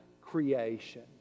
creation